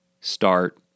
Start